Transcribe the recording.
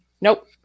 Nope